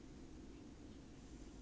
有钱人 lor